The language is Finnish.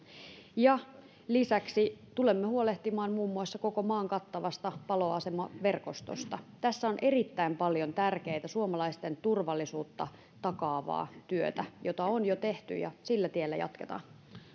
lisäksi tulemme huolehtimaan muun muassa koko maan kattavasta paloasemaverkostosta tässä on erittäin paljon tärkeää suomalaisten turvallisuutta takaavaa työtä jota on jo tehty ja sillä tiellä jatketaan